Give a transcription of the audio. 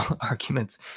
arguments